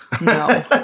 no